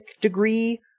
degree